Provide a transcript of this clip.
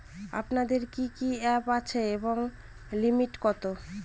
আপনাদের কি কি অ্যাপ আছে এবং লিমিট কত?